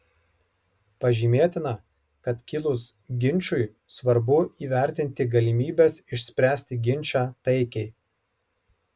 pažymėtina kad kilus ginčui svarbu įvertinti galimybes išspręsti ginčą taikiai